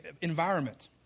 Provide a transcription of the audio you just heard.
environment